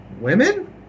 women